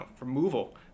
removal